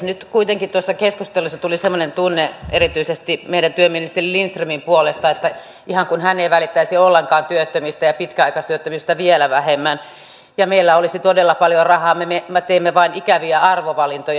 nyt kuitenkin tuossa keskustelussa tuli semmoinen tunne erityisesti meidän työministeri lindströmin puolesta että ihan kuin hän ei välittäisi ollenkaan työttömistä ja pitkäaikaistyöttömistä vielä vähemmän ja meillä olisi todella paljon rahaa me teemme vain ikäviä arvovalintoja